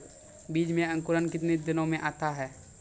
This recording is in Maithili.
बीज मे अंकुरण कितने दिनों मे आता हैं?